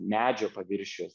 medžio paviršius